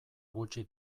gutxi